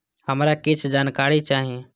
हमरा कीछ जानकारी चाही